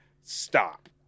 stop